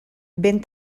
ben